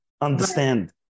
understand